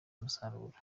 umusaruro